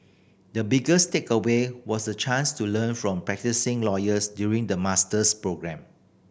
the biggest takeaway was the chance to learn from practising lawyers during the master's programme